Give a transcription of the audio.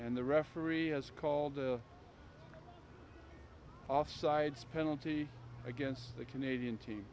and the referee has called the offsides penalty against the canadian team